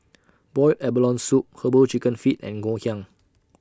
boiled abalone Soup Herbal Chicken Feet and Ngoh Hiang